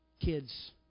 kids